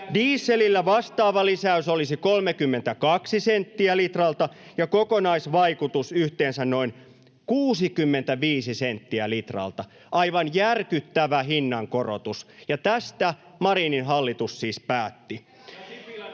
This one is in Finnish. Dieselillä vastaava lisäys olisi 32 senttiä litralta ja kokonaisvaikutus yhteensä noin 65 senttiä litralta. Aivan järkyttävä hinnankorotus, ja tästä Marinin hallitus siis päätti.